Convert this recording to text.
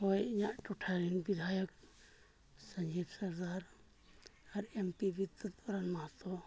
ᱦᱳᱭ ᱤᱧᱟᱹᱜ ᱴᱚᱴᱷᱟ ᱨᱮᱱ ᱵᱤᱫᱷᱟᱭᱚᱠ ᱥᱚᱱᱡᱤᱵᱽ ᱥᱚᱨᱫᱟᱨ ᱟᱨ ᱮᱢ ᱯᱤ ᱵᱤᱫᱽᱫᱩᱛ ᱵᱚᱨᱚᱱ ᱢᱟᱦᱟᱛᱚ